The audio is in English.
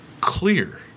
clear